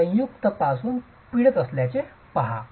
ते संयुक्त पासून पिळत असल्याचे पहा